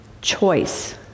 choice